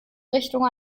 richtung